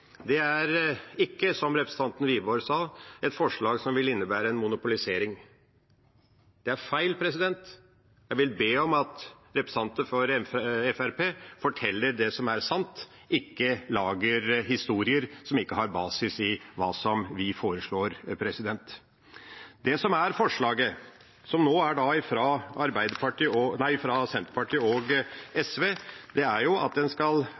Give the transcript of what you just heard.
1, er det ikke, som representanten Wiborg sa, et forslag som vil innebære en monopolisering. Det er feil. Jeg vil be om at representanter fra Fremskrittspartiet forteller det som er sant, og ikke lager historier som ikke har basis i hva vi foreslår. Det forslaget gjelder, nå fra Senterpartiet og SV, er at en skal